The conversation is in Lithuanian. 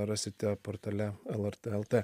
rasite portale lrt lt